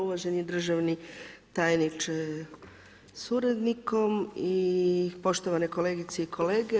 Uvaženi državni tajniče sa suradnikom i poštovane kolegice i kolege.